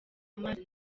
amazi